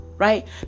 Right